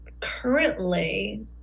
currently